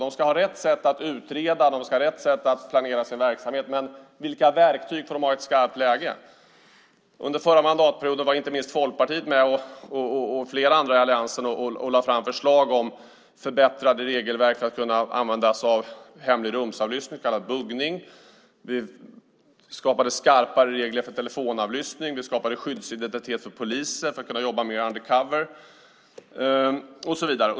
De ska ha rätt sätt att utreda, rätt sätt att planera sin verksamhet, men vilka verktyg får de ha i ett skarpt läge? Under den förra mandatperioden var Folkpartiet och flera andra i alliansen med och lade fram förslag om förbättrade regelverk för att kunna använda hemlig rumsavlyssning, så kallad buggning. Vi skapade skarpare regler för telefonavlyssning. Vi skapade skyddsidentitet för poliser för att kunna jobba mer undercover och så vidare.